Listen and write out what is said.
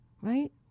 right